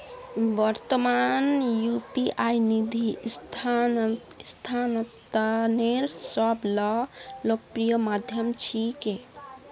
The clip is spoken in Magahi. वर्त्तमानत यू.पी.आई निधि स्थानांतनेर सब स लोकप्रिय माध्यम छिके